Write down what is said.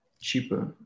cheaper